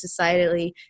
societally